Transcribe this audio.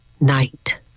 Night